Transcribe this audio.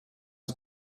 het